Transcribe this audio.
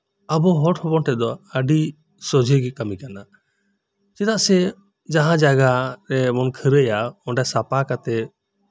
ᱟᱵᱚ ᱦᱚᱲ ᱦᱚᱯᱚᱱ ᱴᱷᱮᱡ ᱫᱚ ᱟᱹᱰᱤ ᱥᱚᱡᱦᱮ ᱠᱟᱹᱢᱤ ᱠᱟᱱᱟ ᱪᱮᱫᱟᱜ ᱥᱮ ᱡᱟᱦᱟᱸ ᱡᱟᱭᱜᱟ ᱨᱮᱢ ᱠᱷᱟᱹᱨᱟᱹᱭᱟ ᱚᱸᱰᱮ ᱥᱟᱯᱷᱟ ᱠᱟᱛᱮᱜ